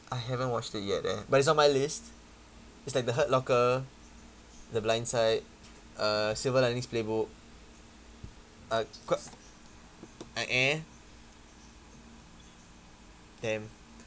I haven't watched it yet leh but it's on my list it's like the hurt locker the blind side uh silver linings playbook uh quite eh eh damn